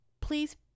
Please